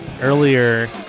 earlier